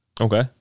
Okay